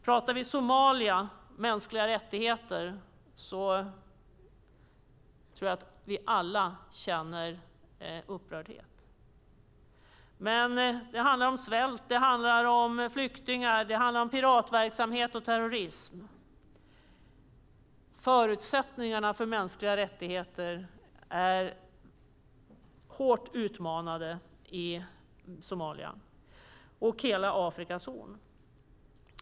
Talar vi om Somalia och mänskliga rättigheter tror jag att vi alla känner upprördhet. Det handlar om svält, flyktingar, piratverksamhet och terrorism. Förutsättningarna för mänskliga rättigheter är hårt utmanade i Somalia och hela Afrikas horn.